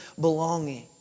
belonging